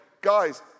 Guys